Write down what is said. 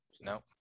no